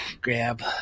grab